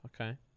okay